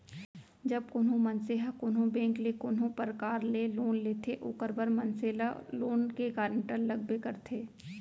जब कोनो मनसे ह कोनो बेंक ले कोनो परकार ले लोन लेथे ओखर बर मनसे ल लोन के गारेंटर लगबे करथे